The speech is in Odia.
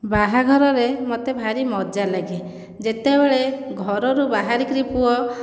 ବାହାଘରରେ ମୋତେ ଭାରି ମଜା ଲାଗେ ଯେତେବେଳେ ଘରରୁ ବାହରିକି ପୁଅ